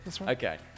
okay